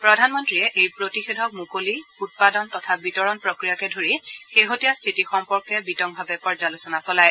প্ৰধানমন্ত্ৰীয়ে এই প্ৰতিষেধক মুকলি উৎপাদন তথা বিতৰণ প্ৰক্ৰিয়াকে ধৰি শেহতীয়া স্থিতি সম্পৰ্কে বিতংভাৱে পৰ্যালোচনা চলায়